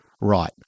right